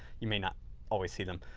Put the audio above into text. you may not always see them.